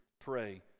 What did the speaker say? pray